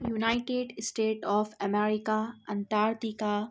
united state of America Antarctica